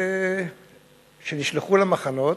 שנשלחו למחנות,